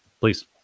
please